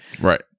Right